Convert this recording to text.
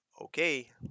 okay